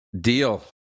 Deal